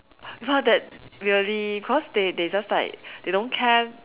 but that really cause they they just like they don't care